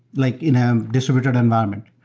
like in a distributed environment.